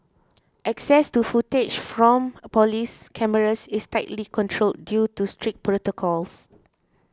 access to footage from police cameras is tightly controlled due to strict protocols